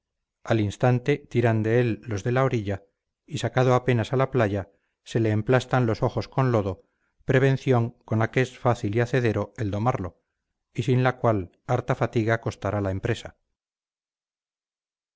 al instante tiran de él los de la orilla y sacado apenas a la playa se le emplastan los ojos con lodo prevención con la que es fácil y hacedero el domarlo y sin la cual harta fatiga costara la empresa